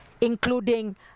including